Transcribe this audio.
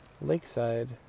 Lakeside